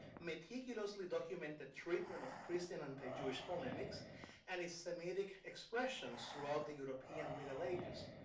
meticulously documented treatment of christian anti-jewish polemics and its semitic expressions throughout the european middle ages.